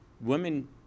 women